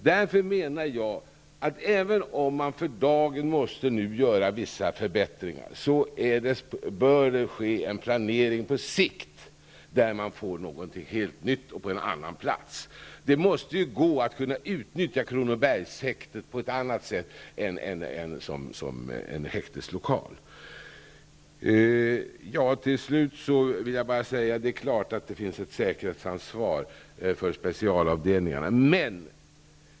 Därför menar jag att även om man måste göra vissa förbättringar för dagen, bör man på sikt planera för någonting helt nytt på en annan plats. Det måste gå att utnyttja Kronobergshäktet på annat sätt än som häkteslokal. Självfallet finns det ett säkerhetsansvar för specialavdelningarna.